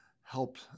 helped